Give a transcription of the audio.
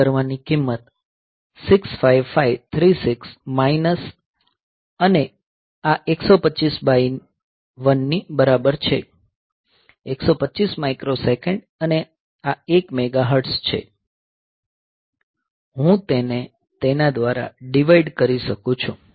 load કરવાની કિંમત 65536 minus અને આ 125 બાય 1 ની બરાબર છે 125 માઇક્રોસેકન્ડ અને આ 1 મેગાહર્ટ્ઝ છે હું તેને તેના દ્વારા ડીવાઈડ કરી શકું છું